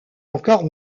encore